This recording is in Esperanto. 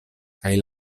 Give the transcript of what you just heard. kaj